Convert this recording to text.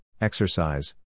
exercise